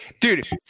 dude